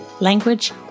language